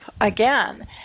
again